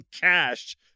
cash